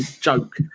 joke